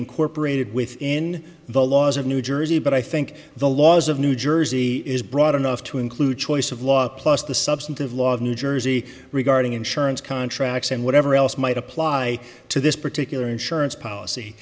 incorporated within the laws of new jersey but i think the laws of new jersey is broad enough to include choice of law plus the substantive law of new jersey regarding insurance contracts and whatever else might apply to this particular insurance policy